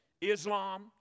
Islam